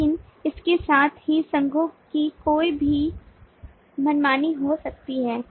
लेकिन इसके साथ ही संघों की कोई भी मनमानी हो सकती है